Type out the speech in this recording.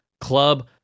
Club